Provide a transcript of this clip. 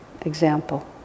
example